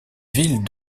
villes